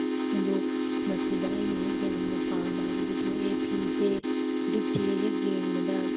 ꯑꯗꯨ ꯃꯁꯤꯗ ꯑꯩꯅ ꯍꯦꯛ ꯌꯥꯝꯅ ꯄꯥꯝꯕ ꯍꯥꯏꯕꯗꯣ ꯊꯣꯛꯑꯦ ꯐꯤꯁꯦ ꯐꯨꯔꯤꯠꯁꯦ ꯍꯦꯛ ꯌꯦꯡꯕꯗ